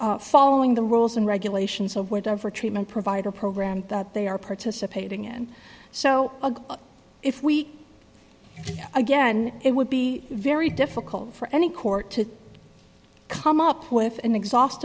following the rules and regulations of whatever treatment provider program that they are participating in so if we again it would be very difficult for any court to come up with an exhaust